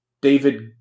David